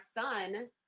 son